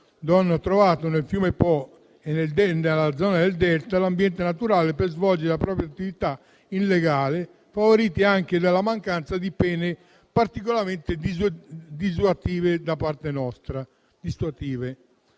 hanno trovato nel fiume Po e nella zona del delta l'ambiente naturale per svolgere la propria attività illegale, favoriti anche dalla mancanza di pene particolarmente dissuasive da parte nostra.